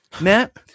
Matt